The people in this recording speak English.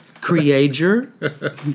Creator